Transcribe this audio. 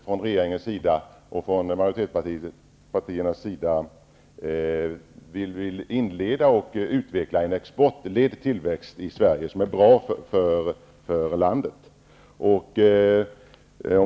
Från regeringens och majoritetspartiernas sida vill vi inleda och utveckla en exportledd tillväxt som är bra för Sverige.